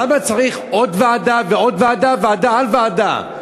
למה צריך עוד ועדה ועוד ועדה, ועדה על ועדה?